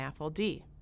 NAFLD